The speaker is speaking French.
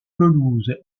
pelouses